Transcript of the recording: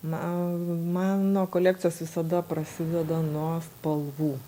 na mano kolekcijos visada prasideda nuo spalvų